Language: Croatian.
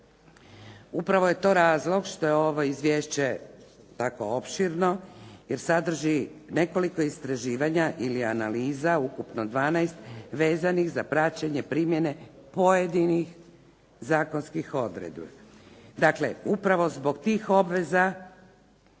Upravo je to razlog što je ovo izvješće tako opširno jer sadrži nekoliko istraživanja ili analiza, ukupno 12, vezanih za praćenje primjene pojedinih zakonskih odredbi.